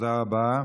תודה רבה.